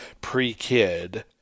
pre-kid